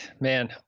man